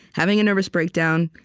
having a nervous breakdown?